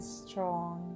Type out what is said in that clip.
strong